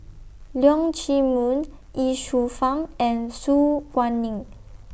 Leong Chee Mun Ye Shufang and Su Guaning